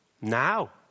Now